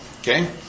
Okay